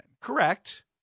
Correct